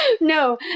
no